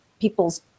people's